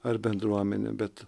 ar bendruomenėm bet